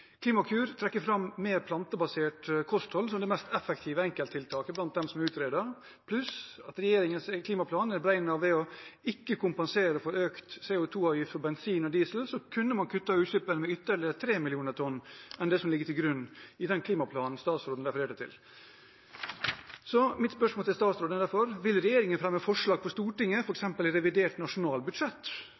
Klimakur trekker fram et mer plantebasert kosthold som det mest effektive enkelttiltaket blant dem som er utredet, pluss at regjeringens klimaplan er beregnet ved ikke å kompensere for økt CO 2 -avgift for bensin og diesel. Så man kunne kuttet utslippene med ytterligere 3 millioner tonn mer enn det som ligger til grunn i den klimaplanen statsråden refererte til. Mitt spørsmål til statsråden er derfor: Vil regjeringen fremme forslag for Stortinget, f.eks. i revidert nasjonalbudsjett,